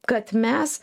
kad mes